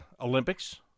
Olympics